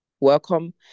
Welcome